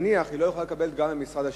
היא לא יכולה לקבל גם מהמשרד השני.